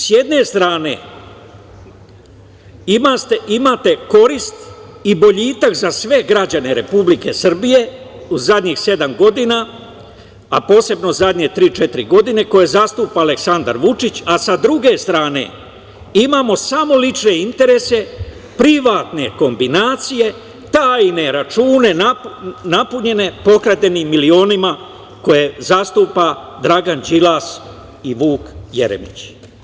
S jedne strane imate korist i boljitak za sve građane Republike Srbije u zadnjih sedam godina, a posebno zadnje tri-četiri godine, koje zastupa Aleksandar Vučić, a sa druge strane imamo samo lične interese, privatne kombinacije, tajne račune napunjene pokradenim milionima koje zastupa Dragan Đilas i Vuk Jeremić.